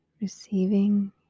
receiving